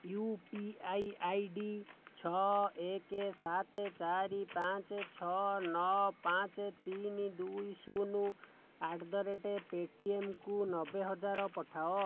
you P I I D ଛଅ ଏକ ସାତ ଚାରି ପାଞ୍ଚ ଛଅ ନଅ ପାଞ୍ଚ ତିନି ଦୁଇ ଶୂନ ଆଟ୍ ଦ ରେଟ୍ ପେଟିମ୍କୁ ନବେ ହଜାର ପଠାଅ